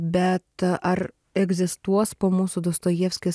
bet ar egzistuos po mūsų dostojevskis